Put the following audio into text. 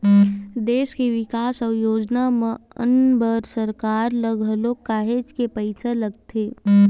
देस के बिकास अउ योजना मन बर सरकार ल घलो काहेच के पइसा लगथे